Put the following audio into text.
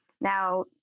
Now